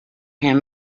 him